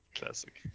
Classic